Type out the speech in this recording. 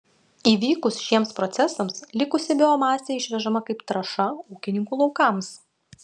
įvykus šiems procesams likusi biomasė išvežama kaip trąša ūkininkų laukams